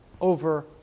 over